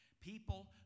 People